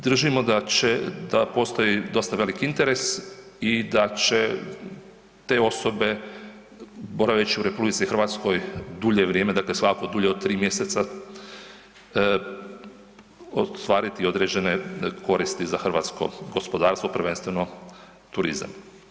Držimo da će, da postoji dosta veliki interes i da će te osobe boraveći u RH dulje vrijeme, dakle svakako dulje od 3 mjeseca ostvariti određene koristi za hrvatsko gospodarstvo prvenstveno turizam.